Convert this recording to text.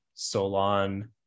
Solon